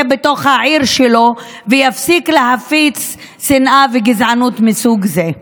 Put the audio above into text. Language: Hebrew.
בתוך העיר שלו ויפסיק להפיץ שנאה וגזענות מסוג זה.